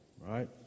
Right